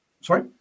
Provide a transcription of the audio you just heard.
Sorry